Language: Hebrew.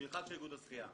במיוחד של איגוד השחייה.